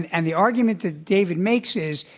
and and the argument that david makes is,